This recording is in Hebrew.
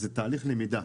זה תהליך למידה.